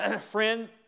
Friend